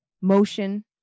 motion